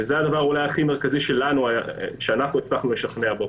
וזה הדבר הכי מרכזי שאנחנו הצלחנו לשכנע בו